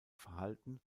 verhalten